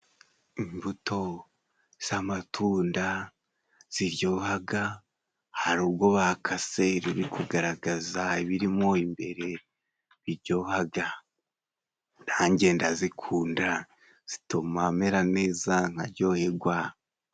Imbuto z'amatunda zijyohaga, hari ugo bakase ruri kugaragaza ibirimo imbere bijyohaga. Nanjye ndazikunda zituma mera neza nkajyohegwa.